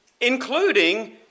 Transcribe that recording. including